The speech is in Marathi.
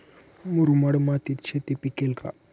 मुरमाड मातीत शेती पिकेल का?